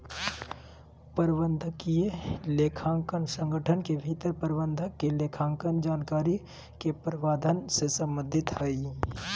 प्रबंधकीय लेखांकन संगठन के भीतर प्रबंधक के लेखांकन जानकारी के प्रावधान से संबंधित हइ